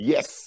Yes